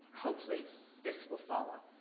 hopefully this will follow.